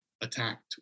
attacked